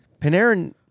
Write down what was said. Panarin